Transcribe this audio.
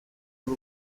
b’u